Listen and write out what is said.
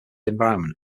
environment